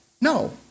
No